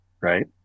Right